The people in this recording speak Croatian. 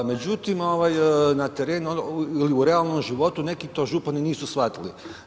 Međutim, na terenu u realnom životu neki to župani nisu shvatili.